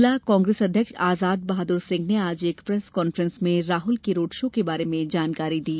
जिला कांग्रेस अध्यक्ष आजाद बहादुर सिंह ने आज एक प्रेस कांफ्रेंस में राहुल के रोड शो के बारे में जानकारी दी